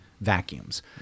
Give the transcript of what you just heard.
vacuums